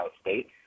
state